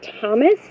Thomas